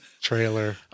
trailer